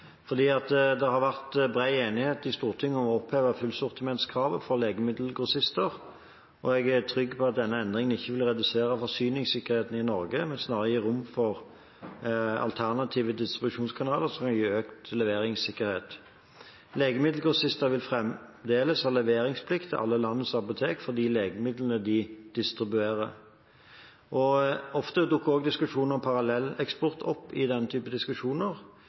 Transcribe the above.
Det har vært bred enighet i Stortinget om å oppheve fullsortimentskravet for legemiddelgrossister. Jeg er trygg på at denne endringen ikke vil redusere forsyningssikkerheten i Norge, men snarere gi rom for alternative distribusjonskanaler som vil gi økt leveringssikkerhet. Legemiddelgrossister vil fremdeles ha leveringsplikt til alle landets apotek for de legemidlene de distribuerer. Ofte dukker også diskusjonen om parallelleksport opp i denne typen diskusjoner.